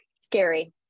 scary